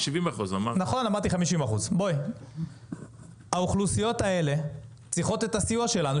אמרתי 50%. האוכלוסיות האלה צריכות את הסיוע שלנו,